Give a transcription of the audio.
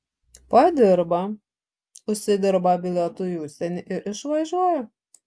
padirba užsidirba bilietui į užsienį ir išvažiuoja